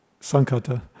Sankata